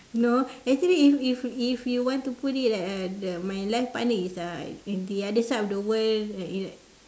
no actually if if if you want to put it like uh the my life partner is uh in the other side of the world